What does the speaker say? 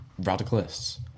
radicalists